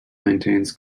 maintains